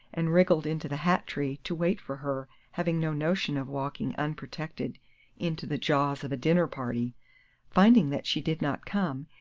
and wriggled into the hat-tree to wait for her, having no notion of walking unprotected into the jaws of a dinner-party. finding that she did not come,